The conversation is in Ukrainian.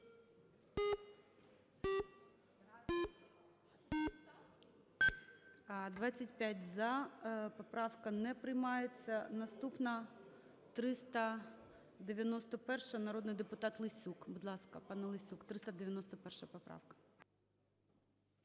За-25 Поправка не приймається. Наступна – 391-а. Народний депутат Лесюк, будь ласка. Пане Лесюк, 391 поправка.